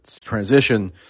transition